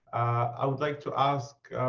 i would like to ask